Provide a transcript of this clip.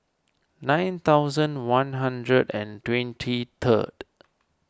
nine thousand one hundred and twenty third